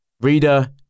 Reader